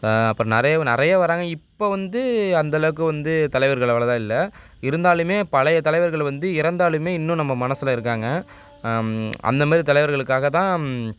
அப்புறம் நிறைய நிறைய வராங்க இப்போ வந்து அந்த அளவுக்கு வந்து தலைவர்கள் அவ்வளோதா இல்லை இருந்தாலுமே பழைய தலைவர்கள் வந்து இறந்தாலும் இன்னும் நம்ம மனசில் இருப்பாங்க அந்தமாரி தலைவர்களுக்காக தான்